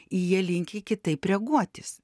jie linki kitaip reaguotis